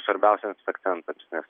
svarbiausias akcentas nes